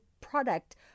product